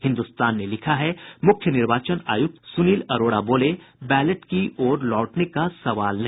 हिन्दुस्तान ने लिखा है मुख्य निर्वाचन आयुक्त सुनील अरोड़ा बोले बैलेट की ओर लौटने का सवाल नहीं